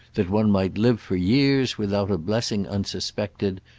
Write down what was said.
that one might live for years without a blessing unsuspected,